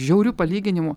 žiaurių palyginimų